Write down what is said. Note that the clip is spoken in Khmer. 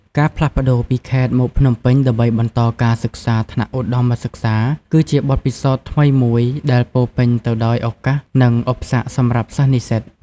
ការផ្លាស់ប្ដូរពីខេត្តមកភ្នំពេញដើម្បីបន្តការសិក្សាថ្នាក់ឧត្ដមសិក្សា គឺជាបទពិសោធន៍ថ្មីមួយដែលពោរពេញទៅដោយឱកាស និងឧបសគ្គសម្រាប់សិស្សនិស្សិត។